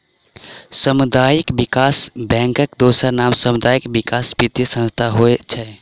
सामुदायिक विकास बैंकक दोसर नाम सामुदायिक विकास वित्तीय संस्थान होइत छै